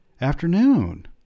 afternoon